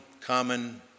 common